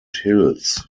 hills